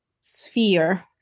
sphere